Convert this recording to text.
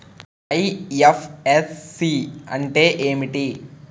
IFSC అంటే ఏమిటి?